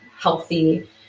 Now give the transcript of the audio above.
healthy